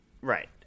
Right